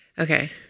Okay